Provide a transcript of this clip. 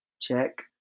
check